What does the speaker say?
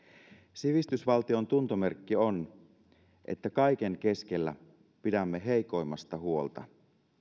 sivistysvaltion tuntomerkki on että kaiken keskellä pidämme heikoimmasta huolta